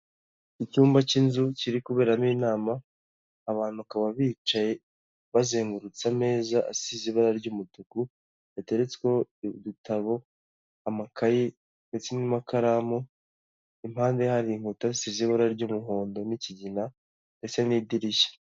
Icyumba cy'inzu kiri kuberamo inama abantu bakaba bicaye bazengurutse ameza asize ibara ry'umutuku yateretsweho udutabo, amakaye, ndetse n'amakaramu, impande hari inkuta zisize ibara ry'umuhondo n'ikigina ndetse n'idirishya.